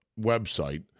website